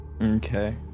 Okay